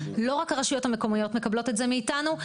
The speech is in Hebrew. לא רק הרשויות המקומיות מקבלות את זה מאיתנו,